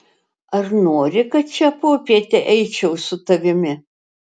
ar nori kad šią popietę eičiau su tavimi